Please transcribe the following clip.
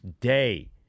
day